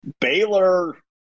Baylor